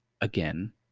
again